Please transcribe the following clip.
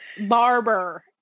barber